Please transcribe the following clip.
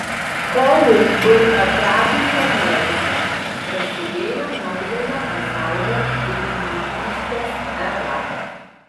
kolumbui atradus ameriką prasidėjo naujojo pasaulio vynininkystės era